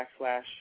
backslash